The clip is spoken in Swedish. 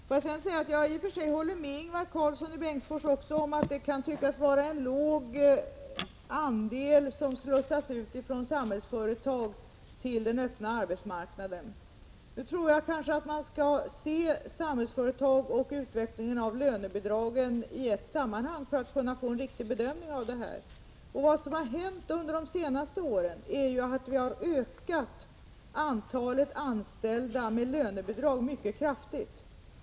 Får jag sedan säga att jag i och för sig håller med Ingvar Karlsson om att det kan tyckas vara en låg andel handikappade som slussas ut från Samhällsföretag till den öppna arbetsmarknaden. Jag tror dock att man kanske måste se Samhällsföretag och utvecklingen av lönebidragen i ett sammanhang för att kunna få en riktig bedömning av det här. Vad som har hänt under de senaste åren är ju att vi mycket kraftigt har ökat antalet anställda med lönebidrag.